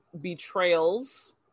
betrayals